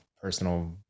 personal